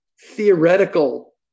theoretical